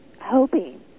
hoping